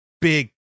big